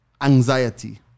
Anxiety